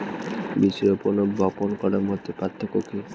বীজ রোপন ও বপন করার মধ্যে পার্থক্য কি?